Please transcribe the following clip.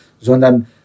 sondern